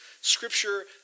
scripture